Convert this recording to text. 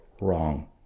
wrong